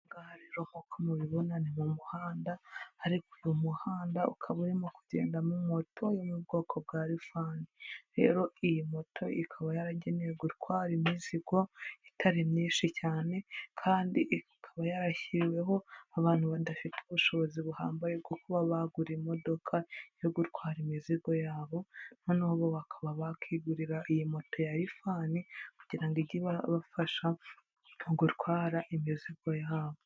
Aha ngaha nk'uko mubibona ni mu muhanda, ariko uyu umuhanda ukaba urimo kugendamo moto yo mu bwoko bwa rifani. Rero iyi moto ikaba yaragenewe gutwara imizigo itari myinshi cyane kandi ikaba yarashyiriweho abantu badafite ubushobozi buhambaye bwo kuba bagura imodoka yo gutwara imizigo yabo, noneho bo bakaba bakigurira iyi moto ya rifani kugira ngo ijye ibafasha mu gutwara imizigo yabo.